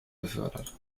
befördert